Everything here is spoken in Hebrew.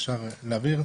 שקף הבא,